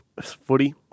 footy